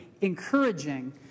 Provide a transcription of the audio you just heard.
encouraging